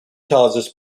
causes